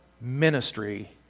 ministry